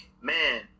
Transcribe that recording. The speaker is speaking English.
man